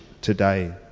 today